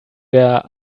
der